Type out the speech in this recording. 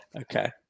Okay